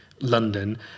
London